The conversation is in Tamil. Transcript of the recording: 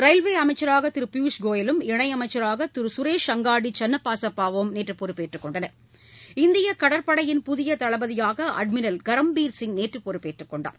ரயில்வே அமைச்சராக திரு பியூஷ் கோயலும் இணையமைச்சராக திரு சுரேஷ் அங்காடி சன்னபாசப்பாவும் நேற்று பொறுப்பேற்றுக் கொண்டார் இந்தியக் கடற்படையின் புதிய தளபதியாக அட்மிரல் கரம்பீர் சிங் நேற்று பொறுப்பேற்றுக் கொண்டார்